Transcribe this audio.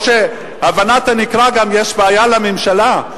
או שגם בהבנת הנקרא יש בעיה לממשלה.